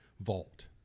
Vault